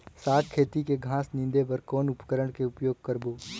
साग खेती के घास निंदे बर कौन उपकरण के उपयोग करबो?